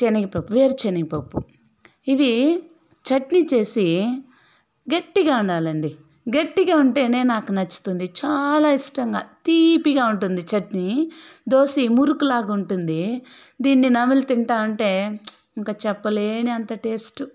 చెనగిపప్పు వేరుచెనగిపప్పు ఇవీ చట్నీ చేసి గట్టిగా ఉండాలండీ గట్టిగా ఉంటేనే నాకు నచ్చుతుంది చాలా ఇష్టంగా తీపిగా ఉంటుంది చట్నీ దోశ మురుకులాగ ఉంటుంది దీన్ని నమిలి తింటా ఉంటే ఇంక చెప్పలేని అంత టేస్టు